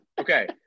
Okay